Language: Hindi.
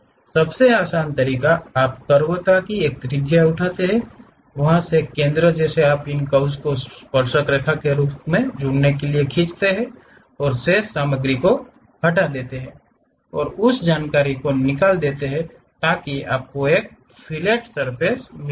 सबसे आसान तरीका है आप कर्वता की एक त्रिज्या उठाते हैं वहां से एक केंद्र जिसे आप इन कर्व्स के स्पर्शरेखा के रूप में जुड़ने के लिए खींचते हैं और शेष सामग्री को हटा देते हैं और उस जानकारी को निकाल देते हैं ताकि आपको एक फिलेट सर्फ़ेस मिल जाए